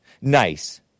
Nice